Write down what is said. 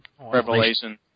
revelation